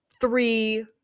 three